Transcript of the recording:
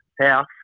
house